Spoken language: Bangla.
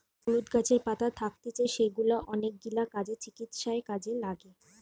হলুদ গাছের যে পাতা থাকতিছে সেগুলা অনেকগিলা কাজে, চিকিৎসায় কাজে লাগে